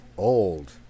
old